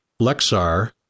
Lexar